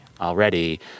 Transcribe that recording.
already